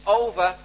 over